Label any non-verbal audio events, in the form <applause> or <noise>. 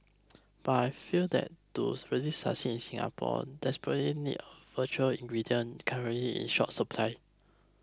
but I fear that twos really succeed Singapore desperately needs <unintelligible> ingredient currently in short supply